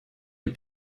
les